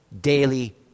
daily